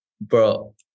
bro